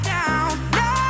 down